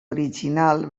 original